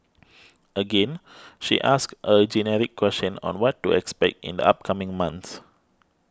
again she asks a generic question on what to expect in the upcoming month